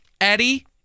Eddie